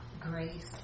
grace